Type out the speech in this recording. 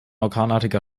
orkanartiger